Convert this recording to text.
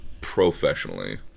professionally